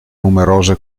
numerose